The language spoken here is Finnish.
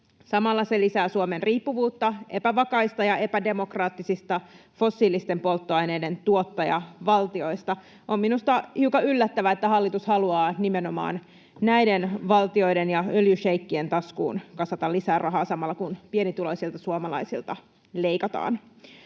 Samalla se lisää Suomen riippuvuutta epävakaista ja epädemokraattisista fossiilisten polttoaineiden tuottajavaltioista. On minusta hiukan yllättävää, että hallitus haluaa, että nimenomaan näiden valtioiden ja öljyšeikkien taskuun kasataan lisää rahaa samalla, kun pienituloisilta suomalaisilta leikataan.